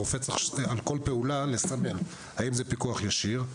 הרופא צריך על כל פעולה לסמן האם זה פיקוח ישיר,